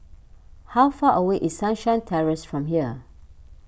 how far away is Sunshine Terrace from here